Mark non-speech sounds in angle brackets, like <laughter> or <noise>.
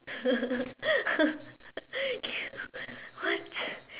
<laughs> cannot what